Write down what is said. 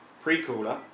Pre-cooler